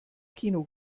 kino